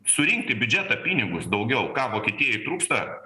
surinkt į biudžetą pinigus daugiau ką vokietijai trūksta